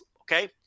Okay